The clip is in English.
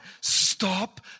stop